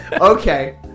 Okay